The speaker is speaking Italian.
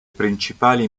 principali